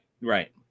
Right